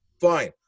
Fine